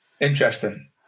Interesting